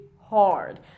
hard